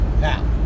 Now